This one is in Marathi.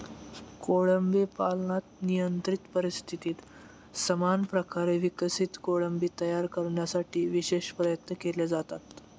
कोळंबी पालनात नियंत्रित परिस्थितीत समान प्रकारे विकसित कोळंबी तयार करण्यासाठी विशेष प्रयत्न केले जातात